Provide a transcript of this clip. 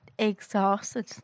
exhausted